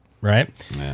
right